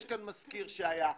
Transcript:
יש כאן מזכיר שהיה,